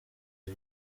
ari